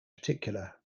particular